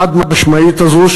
החד-משמעית הזו,